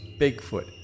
Bigfoot